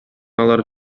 алар